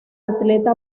atleta